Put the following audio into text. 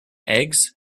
eggs